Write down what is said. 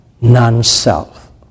non-self